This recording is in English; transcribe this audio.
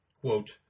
quote